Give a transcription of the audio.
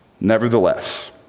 Nevertheless